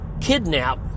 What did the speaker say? kidnap